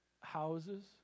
houses